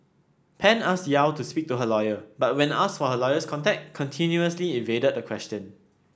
Pan asked Yew to speak to her lawyer but when asked for her lawyer's contact continuously evaded the question